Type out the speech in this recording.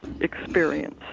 experience